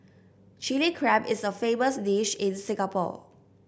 Chilli Crab is a famous dish in Singapore